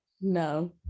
no